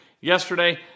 Yesterday